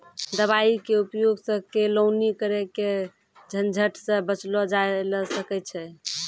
दवाई के उपयोग सॅ केलौनी करे के झंझट सॅ बचलो जाय ल सकै छै